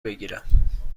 بگیرم